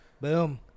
Boom